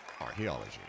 Archaeology